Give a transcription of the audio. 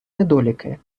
недоліки